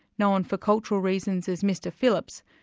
known for cultural reasons as mr phillips,